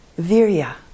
virya